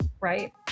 right